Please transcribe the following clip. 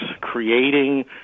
creating